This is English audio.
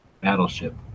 battleship